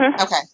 Okay